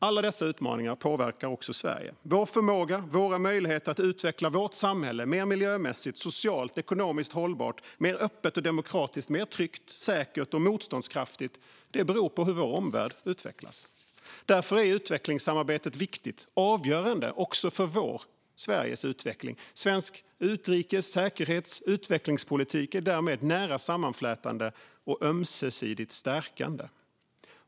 Alla dessa utmaningar påverkar också Sverige och vår förmåga och våra möjligheter att utveckla vårt samhälle mer miljömässigt och socialt-ekonomiskt hållbart och göra det mer öppet och demokratiskt, mer tryggt, säkert och motståndskraftigt. Det beror på hur vår omvärld utvecklas. Därför är utvecklingssamarbetet viktigt och avgörande också för Sveriges utveckling. Svensk utrikes-, säkerhets och utvecklingspolitik är därmed nära sammanflätade och ömsesidigt stärkande.